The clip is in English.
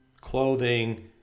clothing